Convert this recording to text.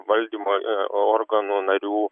valdymo a organų narių